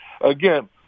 again